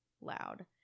loud